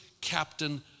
captain